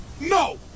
no